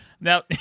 now